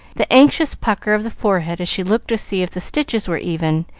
the anxious pucker of the forehead as she looked to see if the stitches were even,